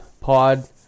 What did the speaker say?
Pod